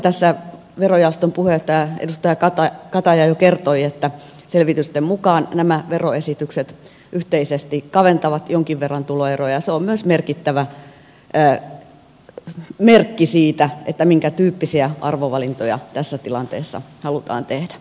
tässä verojaoston puheenjohtaja edustaja kataja jo kertoi että selvitysten mukaan nämä veroesitykset yhteisesti kaventavat jonkin verran tuloeroja ja se on myös merkittävä merkki siitä minkätyyppisiä arvovalintoja tässä tilanteessa halutaan tehdä